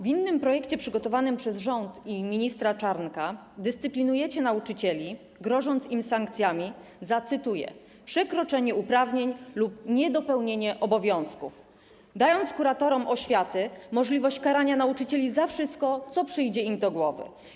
W innym projekcie przygotowanym przez rząd i ministra Czarnka dyscyplinujecie nauczycieli, grożąc im sankcjami za - cytuję - przekroczenie uprawnień lub niedopełnienie obowiązków, dając kuratorom oświaty możliwość karania nauczycieli za wszystko, co przyjdzie im do głowy.